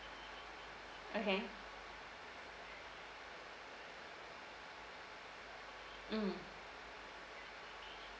okay mm